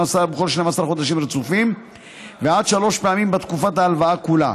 חודשים רצופים ועד שלוש פעמים בתקופת ההלוואה כולה.